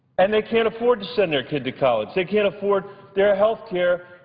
and they can't afford to send their kid to college. they can't afford their health care,